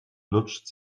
lutscht